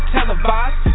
televised